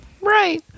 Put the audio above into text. Right